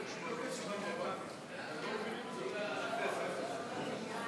40 בעד, 33 נגד,